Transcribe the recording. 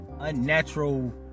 unnatural